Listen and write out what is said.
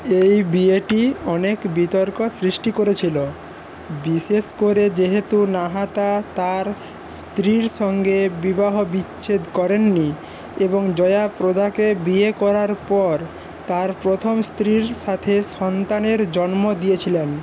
এই বিয়েটি অনেক বিতর্ক সৃষ্টি করেছিল বিশেষ করে যেহেতু নাহাতা তার স্ত্রীর সঙ্গে বিবাহবিচ্ছেদ করেননি এবং জয়া প্রদাকে বিয়ে করার পর তার প্রথম স্ত্রীর সাথে সন্তানের জন্ম দিয়েছিলেন